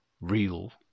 real